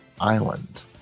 Island